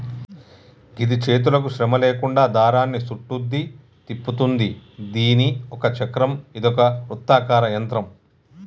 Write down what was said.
గిది చేతులకు శ్రమ లేకుండా దారాన్ని సుట్టుద్ది, తిప్పుతుంది దీని ఒక చక్రం ఇదొక వృత్తాకార యంత్రం